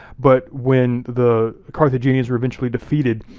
but when the carthaginians were eventually defeated,